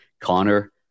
Connor